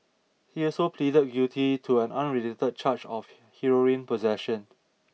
he also pleaded guilty to an unrelated charge of heroin possession